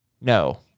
No